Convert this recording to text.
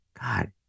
God